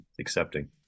accepting